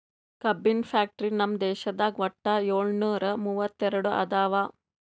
ಕಬ್ಬಿನ್ ಫ್ಯಾಕ್ಟರಿ ನಮ್ ದೇಶದಾಗ್ ವಟ್ಟ್ ಯೋಳ್ನೂರಾ ಮೂವತ್ತೆರಡು ಅದಾವ್